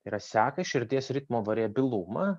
yra seka širdies ritmo variabilumą